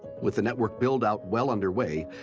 with the network buildout well under way,